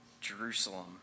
Jerusalem